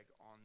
on